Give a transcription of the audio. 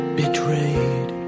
betrayed